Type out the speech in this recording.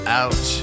out